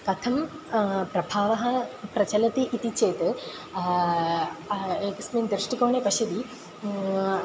कथं प्रभावः प्रचलति इति चेत् एकस्मिन् दृष्टिकोणे पश्यति